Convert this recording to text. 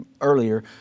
earlier